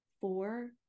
four